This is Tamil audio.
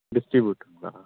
டிஸ்ட்ரிபியூட்டும் தானா